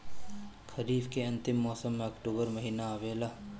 खरीफ़ के अंतिम मौसम में अक्टूबर महीना आवेला?